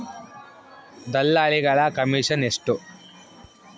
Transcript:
ದಲ್ಲಾಳಿಗಳ ಕಮಿಷನ್ ಎಷ್ಟು?